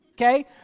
okay